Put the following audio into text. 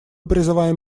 призываем